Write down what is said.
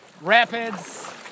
rapids